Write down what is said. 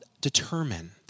determine